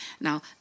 Now